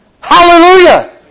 Hallelujah